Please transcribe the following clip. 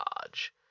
charge